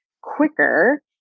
quicker